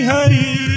Hari